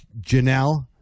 Janelle